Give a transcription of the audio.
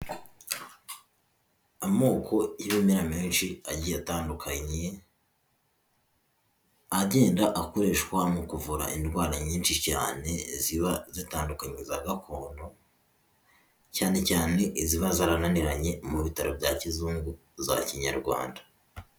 Amoko y'ibimera menshi agiye atandukanye, agenda akoreshwa mu kuvura indwara nyinshi cyane ziba zitandukanye za gakondo, cyane cyane izaba zarananiranye mu bitaro bya kizungu za kinyarwanda.